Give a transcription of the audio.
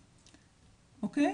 אוקיי?